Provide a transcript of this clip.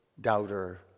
doubter